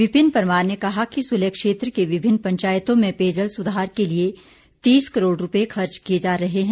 विपिन परमार ने कहा कि सुलह क्षेत्र के विभिन्न पंचायतों में पेयजल सुधार के लिए तीस करोड़ रूपए खर्च किए जा रहे हैं